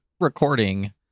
recording